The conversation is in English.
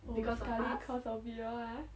oh probably because of you all ah